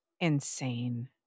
insane